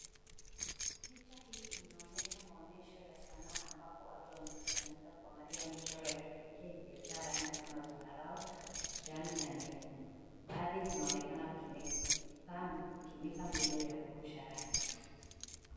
Picha hii inaonyesha maonyesho ya sanaa ambapo watu wamekusanyika kuangalia michoro ya kipekee iliyojaa rangi kama zambarau, kijani na nyekundu. Baadhi zinaonekana kutumika mbinu ya kurusha rangi.